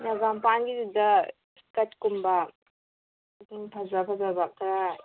ꯅꯒꯥꯝꯄꯥꯟꯒꯤꯗꯨꯗ ꯏꯁꯀꯔꯠ ꯀꯨꯝꯕ ꯐꯖ ꯐꯖꯕ ꯈꯔ